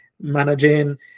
managing